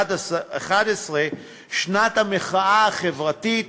שנת המחאה החברתית,